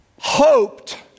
hoped